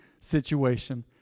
situation